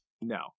No